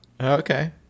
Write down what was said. Okay